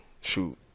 shoot